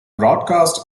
broadcast